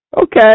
Okay